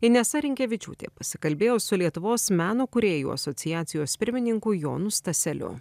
inesa rinkevičiūtė pasikalbėjo su lietuvos meno kūrėjų asociacijos pirmininku jonu staseliu